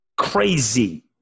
crazy